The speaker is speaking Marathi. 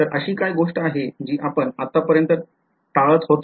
तर अशी काय गोष्ट आहे जी आपण आत्तापर्यन्त टाळत होतो